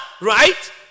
right